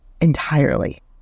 entirely